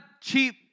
cheap